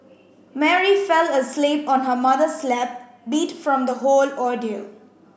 Mary fell asleep on her mother's lap beat from the whole ordeal